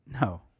No